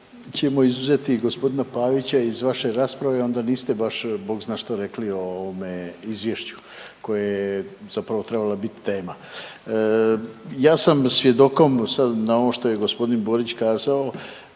ćemo izuzeti gospodina Pavića iz vaše rasprave onda niste baš bog zna što rekli o ovome izvješću koje je zapravo trebalo biti tema. Ja sam svjedokom, sad na ovo što je gospodin Borić kazao